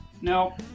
No